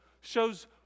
shows